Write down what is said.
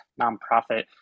nonprofit